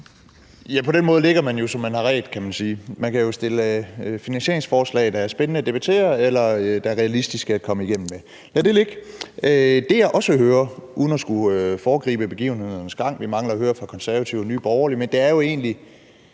På den måde ligger man jo, som man har redt, kan man sige. Man kan jo stille finansieringsforslag, der er spændende at debattere, eller der er realistiske at komme igennem med. Lad det ligge. Det, jeg også hører – uden at skulle foregribe begivenhedernes gang; vi mangler at høre fra De Konservative og Nye Borgerlige – er jo egentlig,